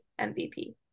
MVP